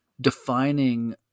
defining